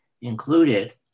included